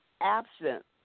absent